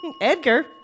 Edgar